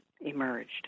emerged